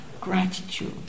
gratitude